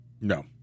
No